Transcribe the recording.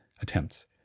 attempts